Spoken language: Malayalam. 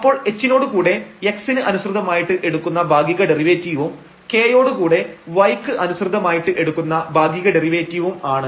അപ്പോൾ h നോട് കൂടെ x ന് അനുസൃതമായിട്ട് എടുക്കുന്ന ഭാഗിക ഡെറിവേറ്റീവും k യോട് കൂടെ y ക്ക് അനുസൃതമായിട്ട് എടുക്കുന്ന ഭാഗിക ഡെറിവേറ്റീവും ആണ്